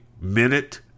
minute